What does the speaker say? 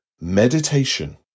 meditation